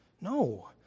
No